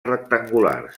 rectangulars